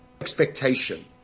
expectation